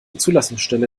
zulassungsstelle